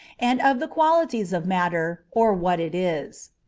and of the qualities of matter, or what it is.